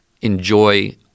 enjoy